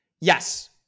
Yes